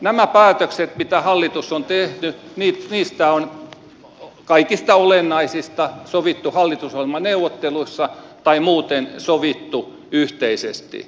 nämä päätökset mitä hallitus on tehnyt niistä kaikista olennaisista on sovittu hallitusohjelmaneuvotteluissa tai muuten sovittu yhteisesti